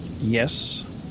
Yes